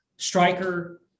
striker